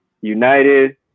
United